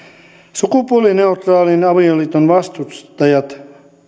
sukupuolineutraalin avioliiton vastustajat